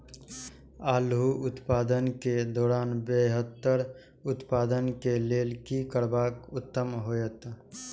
आलू उत्पादन के दौरान बेहतर उत्पादन के लेल की करबाक उत्तम होयत?